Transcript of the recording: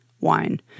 wine